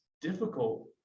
difficult